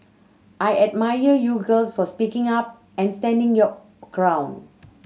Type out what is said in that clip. I admire you girls for speaking up and standing your ground